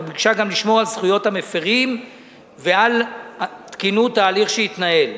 אך ביקשה גם לשמור על זכויות המפירים ועל תקינות ההליך שיתנהל.